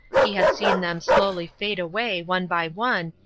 he had seen them slowly fade away, one by one,